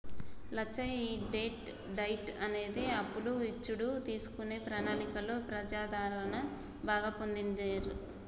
లచ్చయ్య ఈ debt diet అనే అప్పులు ఇచ్చుడు తీసుకునే ప్రణాళికలో ప్రజాదరణ బాగా పొందిందిరా